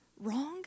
wrong